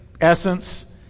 essence